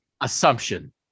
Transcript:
assumption